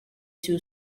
two